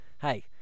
hey